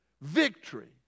victory